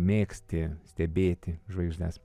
mėgsti stebėti žvaigždes